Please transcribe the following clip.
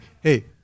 hey